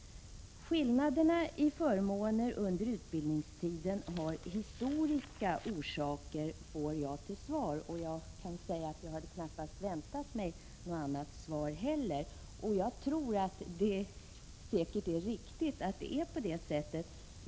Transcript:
Skillnaderna i förmåner under utbildningstiden har historiska orsaker, får jag till svar. Jag hade knappast väntat mig något annat svar heller. Det är säkert riktigt att det förhåller sig så.